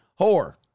Whore